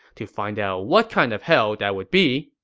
to find out what kind of hell that would be,